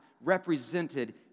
represented